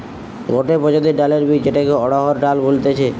গটে প্রজাতির ডালের বীজ যেটাকে অড়হর ডাল বলতিছে